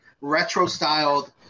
retro-styled